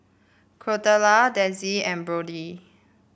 Carlota Denzil and Brody